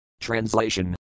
Translation